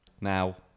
now